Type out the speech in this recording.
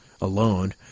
alone